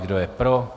Kdo je pro?